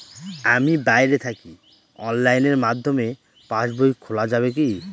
আমি বাইরে থাকি অনলাইনের মাধ্যমে পাস বই খোলা যাবে কি?